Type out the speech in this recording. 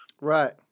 Right